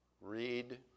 read